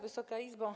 Wysoka Izbo!